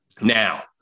Now